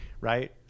right